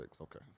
Okay